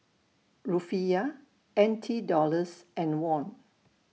Rufiyaa N T Dollars and Won